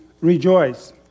rejoice